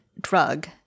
Drug